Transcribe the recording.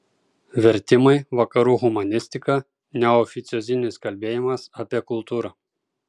vertimai vakarų humanistika neoficiozinis kalbėjimas apie kultūrą